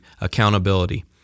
accountability